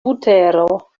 butero